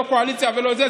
לא קואליציה ולא זה,